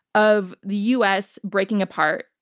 of the us breaking apart.